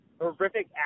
horrific